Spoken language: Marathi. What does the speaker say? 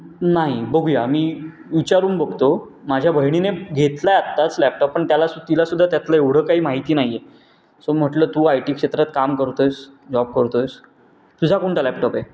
नाही बघूया मी विचारून बघतो माझ्या बहिणीने घेतला आहे आत्ताच लॅपटॉप पण त्याला तिलासुद्धा त्यातलं एवढं काही माहिती नाही आहे सो म्हटलं तू आय टी क्षेत्रात काम करतो आहेस जॉब करतो आहेस तुझा कोणता लॅपटॉप आहे